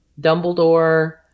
Dumbledore